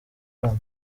bana